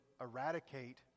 eradicate